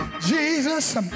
Jesus